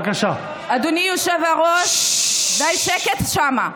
אדוני היושב-ראש, די, שקט שם.